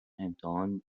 امتحان